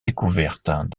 découvertes